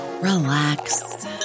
relax